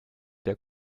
der